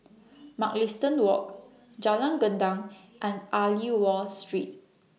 Mugliston Walk Jalan Gendang and Aliwal Street